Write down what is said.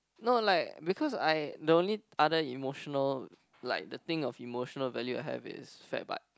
no like because I the only other emotional like the thing of emotional value I have is fat butt